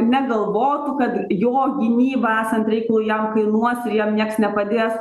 negalvotų kad jo gynyba esant reikalui jam kainuos ir jam nieks nepadės